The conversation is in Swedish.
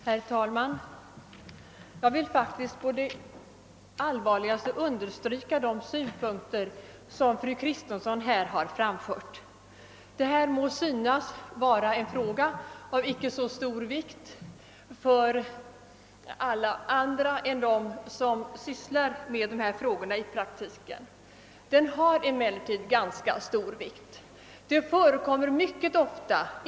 Herr talman! Jag vill på det bestämdaste understryka de synpunkter som fru Kristensson här framfört. Problemet må synas vara av ringa vikt för dem som inte sysslar med det i praktiken, men det har ganska stor betydelse.